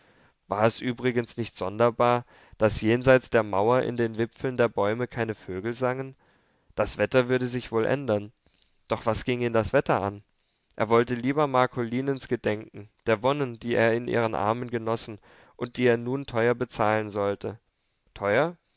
war es übrigens nicht sonderbar daß jenseits der mauer in den wipfeln der bäume keine vögel sangen das wetter würde sich wohl ändern doch was ging ihn das wetter an er wollte lieber marcolinens gedenken der wonnen die er in ihren armen genossen und die er nun teuer bezahlen sollte teuer